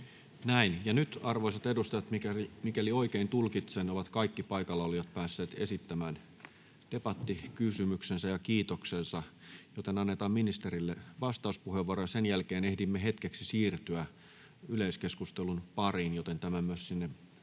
Näin. — Ja nyt, arvoisat edustajat, mikäli oikein tulkitsen, ovat kaikki paikalla olijat päässeet esittämään debattikysymyksensä ja kiitoksensa, joten annetaan ministerille vastauspuheenvuoro ja sen jälkeen ehdimme hetkeksi siirtyä yleiskeskustelun pariin, joten tämä myös sinne